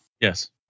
yes